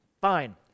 Fine